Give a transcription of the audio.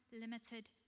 limited